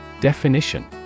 Definition